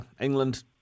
England